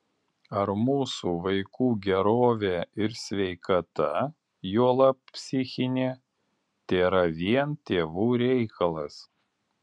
ar mūsų vaikų gerovė ir sveikata juolab psichinė tėra vien tėvų reikalas